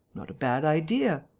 not a bad idea.